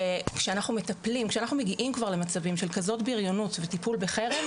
כשאנחנו מגיעים כבר למצבים של כזאת בריונות וטיפול בחרם,